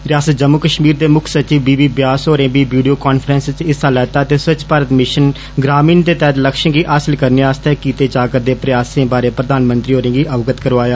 रियास्त जम्मू कष्मीर दी मुक्ख सचिव बी बी व्यास होरें बी वीडियो कान्फ्रैंस च हिस्सा लैता ते स्वच्छ भारत मिषन ग्रामीण दे तैहत लक्ष्यें गी हासल करने आस्तै कीते जा करदे जतने बारै प्रधानमंत्री होरें अवगत करवाया